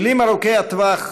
טילים ארוכי טווח